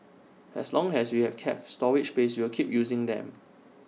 as long as we have cat storage space we will keep using them